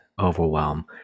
overwhelm